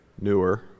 newer